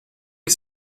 que